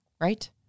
right